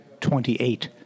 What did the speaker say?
28